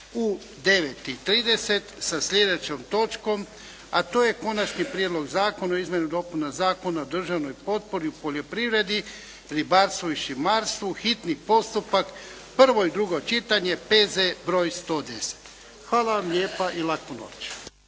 9 i 30 sa sljedećom točkom a to je Konačni prijedlog zakona o izmjenama i dopunama Zakona o državnoj potpori u poljoprivredi, ribarstvu i šumarstvu, hitni postupak, prvo i drugo čitanje, P.Z.E. br. 110. Hvala vam lijepa i laku noć.